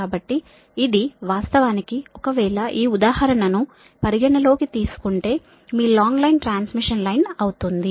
కాబట్టి ఇది వాస్తవానికి ఒకవేళ ఈ ఉదాహరణ ను పరిగణన లోకి తీసుకుంటే మీ లాంగ్ ట్రాన్స్మిషన్ లైన్ అవుతుంది